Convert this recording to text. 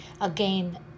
Again